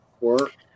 work